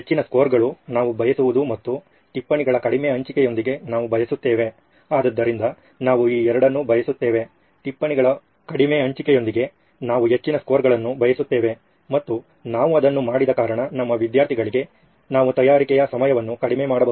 ಹೆಚ್ಚಿನ ಸ್ಕೋರ್ಗಳು ನಾವು ಬಯಸುವುದು ಮತ್ತು ಟಿಪ್ಪಣಿಗಳ ಕಡಿಮೆ ಹಂಚಿಕೆಯೊಂದಿಗೆ ನಾವು ಬಯಸುತ್ತೇವೆ ಆದ್ದರಿಂದ ನಾವು ಈ ಎರಡನ್ನೂ ಬಯಸುತ್ತೇವೆ ಟಿಪ್ಪಣಿಗಳ ಕಡಿಮೆ ಹಂಚಿಕೆಯೊಂದಿಗೆ ನಾವು ಹೆಚ್ಚಿನ ಸ್ಕೋರ್ಗಳನ್ನು ಬಯಸುತ್ತೇವೆ ಮತ್ತು ನಾವು ಅದನ್ನು ಮಾಡಿದ ಕಾರಣ ನಮ್ಮ ವಿದ್ಯಾರ್ಥಿಗಳಿಗೆ ನಾವು ತಯಾರಿಕೆಯ ಸಮಯವನ್ನು ಕಡಿಮೆ ಮಾಡಬಹುದು